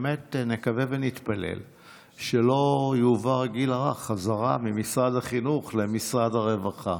באמת נקווה ונתפלל שלא יועבר הגיל הרך חזרה ממשרד החינוך למשרד הרווחה.